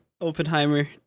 Oppenheimer